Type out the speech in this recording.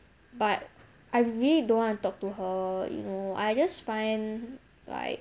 but I really don't wanna to talk to her you know I just find like